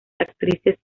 actrices